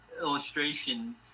illustration